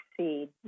succeed